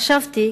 חשבתי,